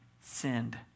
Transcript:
sinned